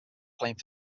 playing